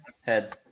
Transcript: Heads